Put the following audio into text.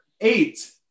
eight